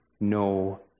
no